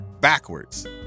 backwards